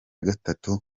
gatatu